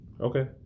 Okay